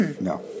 No